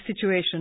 situation